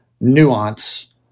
nuance